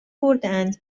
بردهاند